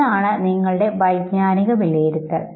ഇതാണ് നിങ്ങളുടെ വൈജ്ഞാനിക വിലയിരുത്തൽ